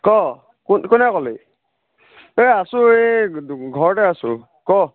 ক কোনে ক'লে এই আছোঁ এই ঘৰতে আছোঁ ক